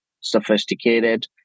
sophisticated